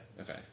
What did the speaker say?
Okay